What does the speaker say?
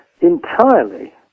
entirely